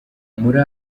muri